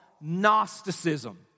Gnosticism